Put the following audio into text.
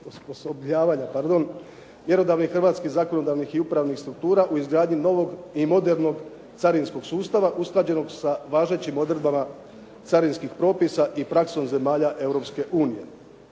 osposobljavanja mjerodavnih hrvatskih zakonodavnih i upravnih struktura u izgradnji novog i modernog carinskog sustava usklađenog sa važećim odredbama carinskih propisa i praksom zemalja